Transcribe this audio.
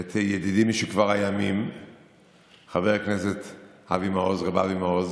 את ידידי משכבר הימים חבר הכנסת רב אבי מעוז,